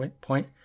point